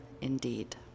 indeed